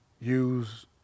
use